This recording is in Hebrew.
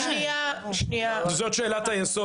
זו שאלת היסוד